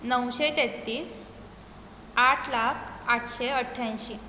णवशें तेत्तीस आठ लाख आठशें अठ्यांयशी